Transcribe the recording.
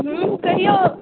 हॅं कहियौ